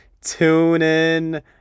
TuneIn